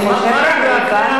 זה לא ערך מוחלט, אבל.